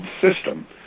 system